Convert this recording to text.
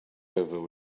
over